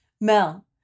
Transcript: Mel